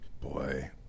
Boy